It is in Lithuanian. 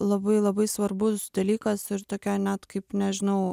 labai labai svarbus dalykas ir tokia net kaip nežinau